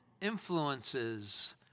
influences